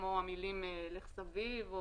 כמו המילים "לך סביב".